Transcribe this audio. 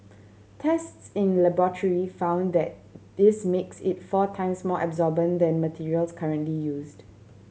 tests in the laboratory found that this makes it four times more absorbent than materials currently used